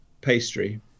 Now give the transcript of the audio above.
pastry